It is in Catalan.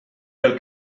pel